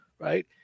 Right